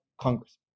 Congress